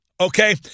Okay